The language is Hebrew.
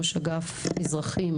ראש אגף אזרחים,